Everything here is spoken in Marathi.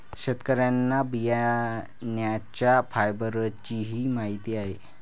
शेतकऱ्यांना बियाण्यांच्या फायबरचीही माहिती आहे